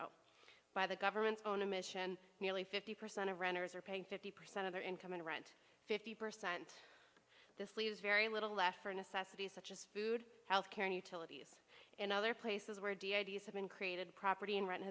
moreau by the government's own admission nearly fifty percent of renters are paying fifty percent of their income in rent fifty percent this leaves very little left for necessities such as food health care and utilities and other places where d ideas have been created property and ri